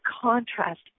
contrast